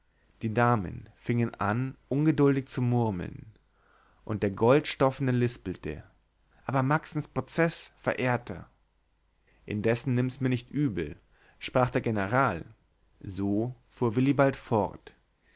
die damen fingen an ungeduldig zu murmeln und der goldstoffne lispelte aber maxens prozeß verehrter indessen nimm mir's nicht übel sprach der general so fuhr willibald fort